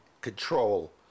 control